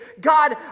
God